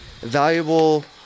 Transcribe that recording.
valuable